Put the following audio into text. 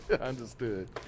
Understood